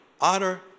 honor